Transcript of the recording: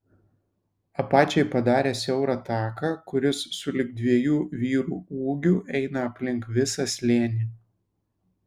apačiai padarė siaurą taką kuris sulig dviejų vyrų ūgiu eina aplink visą slėnį